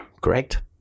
Correct